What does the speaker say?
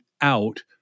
out